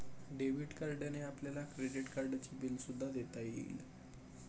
debit कार्डने आपल्याला credit कार्डचे बिल सुद्धा देता येईल